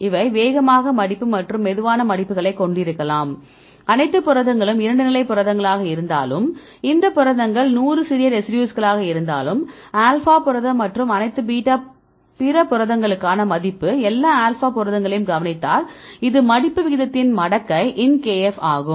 அவை வேகமான மடிப்பு மற்றும் மெதுவான மடிப்புகளையும் கொண்டிருக்கலாம் அனைத்து புரதங்களும் 2 நிலை புரதங்களாக இருந்தாலும் இந்த புரதங்கள் நூறு சிறிய ரெசிடியூஸ்களாக இருந்தாலும் ஆல்பா புரதம் மற்றும் அனைத்து பீட்டா பிற புரதங்களுக்கான மதிப்பு எல்லா ஆல்பா புரதங்களையும் கவனித்தால் இது மடிப்பு விகிதத்தின் மடக்கை In kf ஆகும்